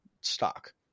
Stock